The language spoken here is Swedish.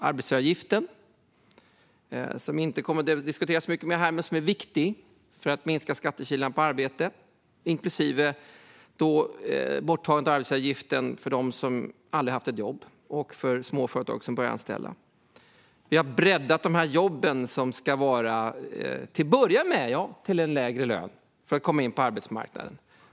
Arbetsgivaravgiften kommer inte att diskuteras så mycket här. Men det är en fråga som är viktig för att minska skattekilarna på arbete, inklusive borttagandet av arbetsgivaravgiften för dem som aldrig har haft ett jobb och för småföretag som börjar anställa. Vi har breddat de jobb där lönen till att börja med ska vara lägre för att människor ska kunna komma in på arbetsmarknaden.